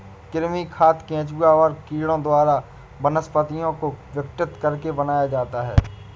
कृमि खाद केंचुआ और कीड़ों द्वारा वनस्पतियों को विघटित करके बनाया जाता है